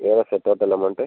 எவ்வளோ sir total amount